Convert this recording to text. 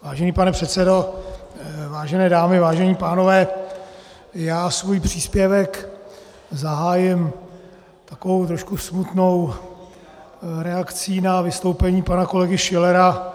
Vážený pane předsedo, vážené dámy, vážení pánové, já svůj příspěvek zahájím takovou trošku smutnou reakcí na vystoupení pana kolegy Schillera.